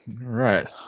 right